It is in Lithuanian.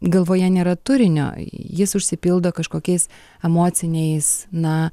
galvoje nėra turinio jis užsipildo kažkokiais emociniais na